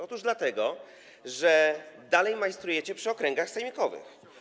Otóż dlatego, że dalej majstrujecie przy okręgach sejmikowych.